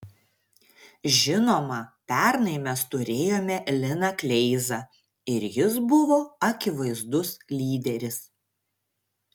žinoma pernai mes turėjome liną kleizą ir jis buvo akivaizdus lyderis